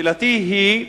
שאלתי היא: